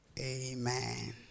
Amen